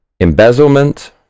embezzlement